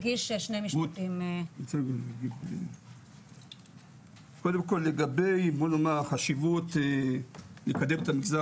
קודם כל לגבי בוא נאמר חשיבות לקדם את המגזר